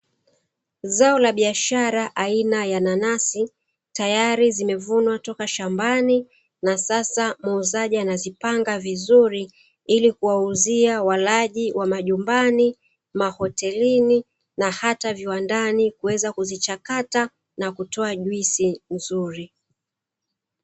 Zao la biashara aina ya nanasi tayari zimevunwa toka shambani na sasa muuzaji anazipanga vizuri ili kuwauzia walaji wa majumbani, mahotelini na hata viwandani kuweza kuzichakata na kutoa juisi nzuri.